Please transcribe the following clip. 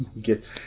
Get